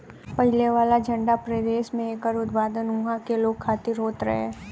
पहिले वाला ठंडा प्रदेश में एकर उत्पादन उहा के लोग खातिर होत रहे